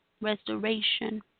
restoration